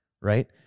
right